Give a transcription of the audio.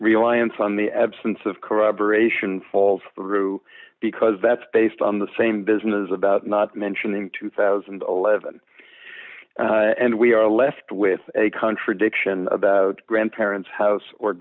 reliance on the absence of corroboration falls through because that's based on the same business about not mentioning two thousand and eleven and we are left with a contradiction about grandparents house or